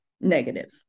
negative